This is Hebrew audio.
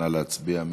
נא להצביע.